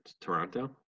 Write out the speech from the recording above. Toronto